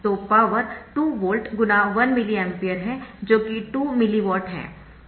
तो power 2 volt × 1 milliampere है जो कि 2 मिली वाट है